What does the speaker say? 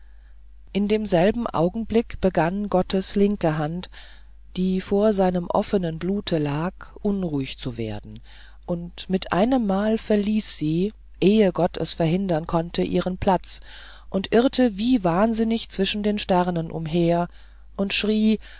in demselben augenblicke begann gottes linke hand die vor seinem offenen blute lag unruhig zu werden und mit einem mal verließ sie ehe gott es verhindern konnte ihren platz und irrte wie wahnsinnig zwischen den sternen umher und schrie